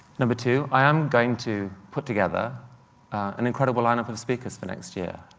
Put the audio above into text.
number two i am going to put together an incredible line up of speakers for next year.